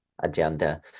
agenda